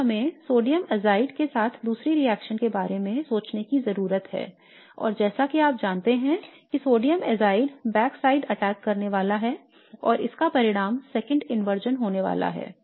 अब हमें sodium azide के साथ दूसरी रिएक्शन के बारे में सोचने की ज़रूरत है और जैसा कि आप जानते हैं कि sodium azide back side attack करने वाला है और इसका परिणाम second inversion होने वाला है